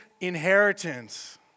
inheritance